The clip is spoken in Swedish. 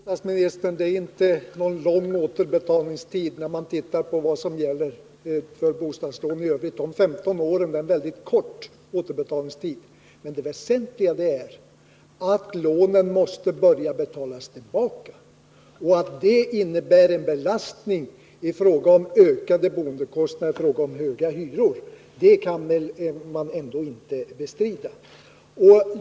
Herr talman! Det är inte, fru bostadsminister, någon lång återbetalningstid, om man ser på vad som gäller för bostadslån i allmänhet. 15 år är en myckz2t kort återbetalningstid. Det väsentliga är att lånen måste börja betalas tillbaka, och att detta innebär en belastning i form av ökade boendekostnader kan väl ändå inte bestridas.